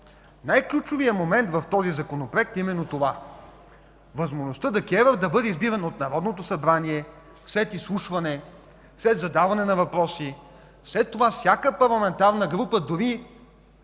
Най-ключовият момент в този Законопроект е именно това – възможността ДКЕВР да бъде избирана от Народното събрание след изслушване, задаване на въпроси, след което всяка парламентарна група, дори